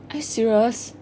are you serious